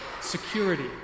security